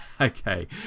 Okay